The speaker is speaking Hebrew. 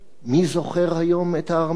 מי זוכר היום את הארמנים.